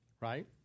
right